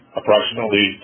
approximately